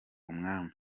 umwami